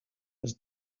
does